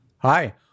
Hi